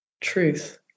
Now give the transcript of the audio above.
truth